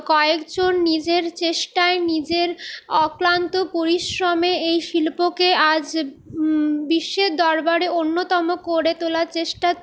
কয়েকজন নিজের চেষ্টায় নিজের অক্লান্ত পরিশ্রমে এই শিল্পকে আজ বিশ্বের দরবারে অন্যতম করে তোলার চেষ্টা